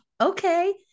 Okay